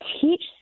teach